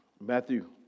Matthew